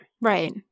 Right